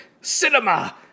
cinema